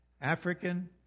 African